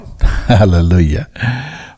hallelujah